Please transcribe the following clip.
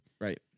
Right